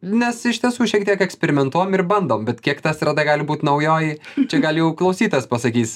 nes iš tiesų šiek tiek eksperimentuojam ir bandom bet kiek ta estrada gali būt naujoji čia gal jau klausytojas pasakys